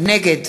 נגד